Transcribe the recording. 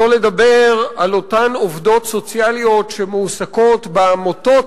שלא לדבר על אותן עובדות סוציאליות שמועסקות בעמותות